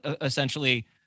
essentially